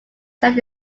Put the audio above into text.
set